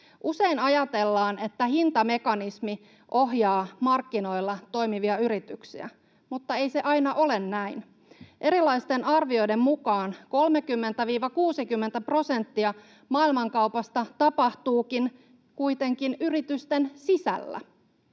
Usein ajatellaan, että hintamekanismi ohjaa markkinoilla toimivia yrityksiä, mutta ei se aina ole näin. Erilaisten arvioiden mukaan 30—60 prosenttia maailmankaupasta tapahtuukin kuitenkin yritysten sisällä.